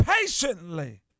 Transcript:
patiently